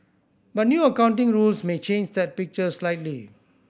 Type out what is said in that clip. but new accounting rules may change that picture slightly